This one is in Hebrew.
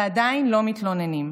ועדיין לא מתלוננים.